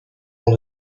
dans